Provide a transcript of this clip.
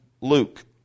Luke